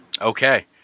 okay